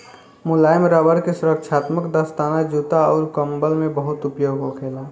मुलायम रबड़ के सुरक्षात्मक दस्ताना, जूता अउर कंबल में बहुत उपयोग होखेला